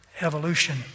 evolution